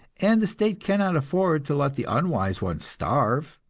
and the state cannot afford to let the unwise ones starve.